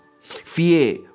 fear